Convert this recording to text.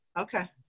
okay